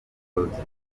uburozi